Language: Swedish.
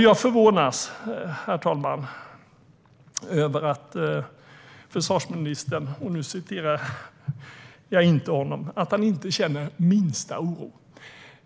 Jag förvånas av att försvarsministern - och nu citerar jag honom inte - inte känner minsta oro.